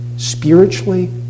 spiritually